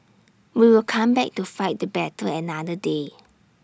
we will come back to fight the battle another day